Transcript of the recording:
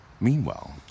Meanwhile